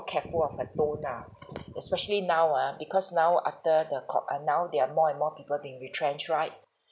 careful of her tone ah especially now ah because now after the co~ ah now there are more and more people being retrenched right